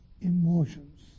emotions